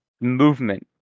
Movement